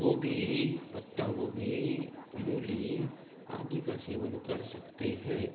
गोभी पत्ता गोभी मूली आदी का सेवन कर सकते हैं